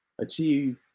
achieve